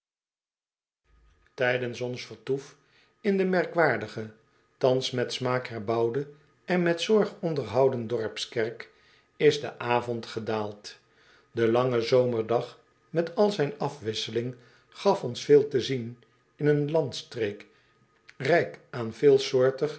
tijdens ons vertoef in de merkwaardige thans met smaak herbouwde en met zorg onderhouden dorpskerk is de avond gedaald de lange zomerdag met al zijn afwisseling gaf ons veel te zien in een landstreek rijk aan